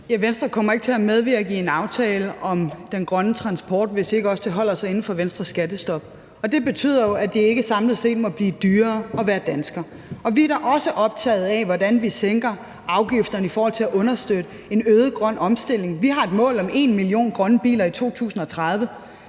Løhde (V): Venstre kommer ikke til at medvirke i en aftale om den grønne transport, hvis ikke også det holder sig inden for Venstres skattestop. Det betyder jo, at det samlet set ikke må blive dyrere at være dansker. Vi er da også optaget af, hvordan vi sænker afgifterne i forhold til at understøtte en øget grøn omstilling. Vi har et mål om en million grønne biler i 2030,